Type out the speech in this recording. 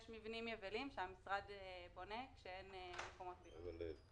יש מבנים יבילים שהמשרד בונה כשאין מקומות לימוד.